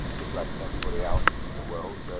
just like everybody else in the world,